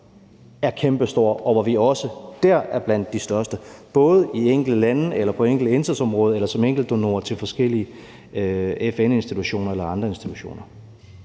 er kæmpestor, og hvor vi også er blandt de største bidragydere, både i de enkelte lande eller på enkelte indsatsområder eller som enkeltdonorer til forskellige FN-institutioner eller andre institutioner.